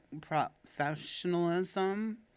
professionalism